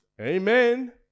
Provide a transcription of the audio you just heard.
Amen